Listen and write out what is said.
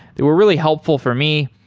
they were really helpful for me.